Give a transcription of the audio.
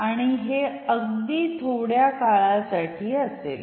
आणि हे अगदी थोड्या काळासाठी असेल